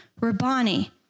Rabani